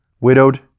widowed